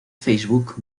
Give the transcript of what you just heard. facebook